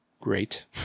great